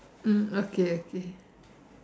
mm okay okay